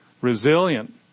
resilient